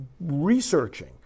researching